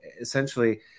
essentially